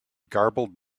garbled